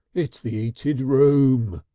it's the eated room.